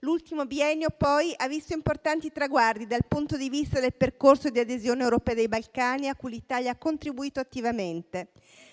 l'ultimo biennio ha visto importanti traguardi dal punto di vista del percorso di adesione europea dei Balcani occidentali, a cui l'Italia ha contribuito attivamente;